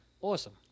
awesome